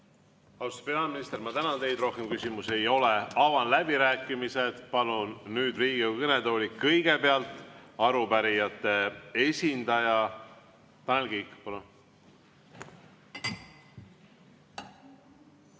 peaminister, ma tänan teid! Rohkem küsimusi ei ole. Avan läbirääkimised. Palun nüüd Riigikogu kõnetooli kõigepealt arupärijate esindaja. Tanel Kiik, palun!